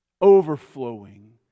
Overflowing